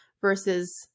versus